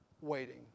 waiting